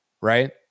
right